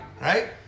right